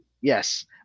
yes